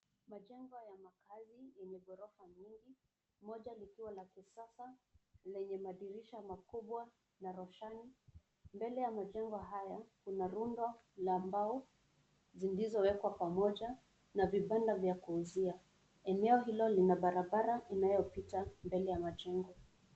Majengo ya makaazi yenye maghorofa nyingi. Moja likiwa la kisasa lenye madirisha makubwa na roshani. Mbele ya majengo haya, kuna rundo la mbao zilizowekwa pamoja na vibanda vya kuuzia. Eneo hilo lina barabara inayopita mbele ya majengo.